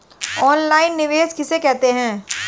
Online निवेश किसे कहते हैं?